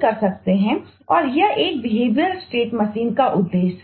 उद्देश्य है